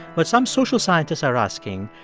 but some social scientists are asking,